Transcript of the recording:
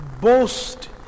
boast